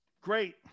Great